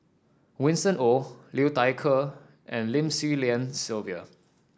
Winston Oh Liu Thai Ker and Lim Swee Lian Sylvia